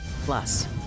Plus